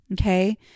Okay